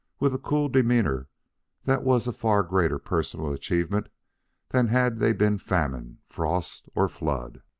with a cool demeanor that was a far greater personal achievement than had they been famine, frost, or flood.